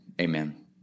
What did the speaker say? Amen